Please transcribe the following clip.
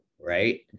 Right